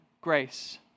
grace